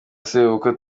sebukwe